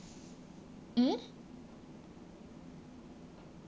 mm